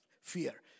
fear